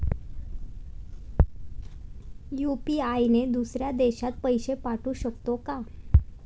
UPI ने दुसऱ्या देशात पैसे पाठवू शकतो का?